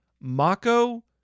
Mako